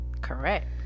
correct